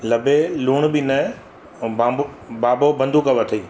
लभे लूण बि न ऐं बाबो बाबो बंदूकु वठे